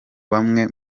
bamwe